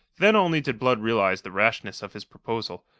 then only did blood realize the rashness of his proposal,